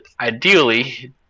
Ideally